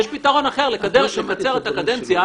יש פתרון אחר לקצר את הקדנציה.